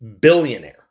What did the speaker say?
billionaire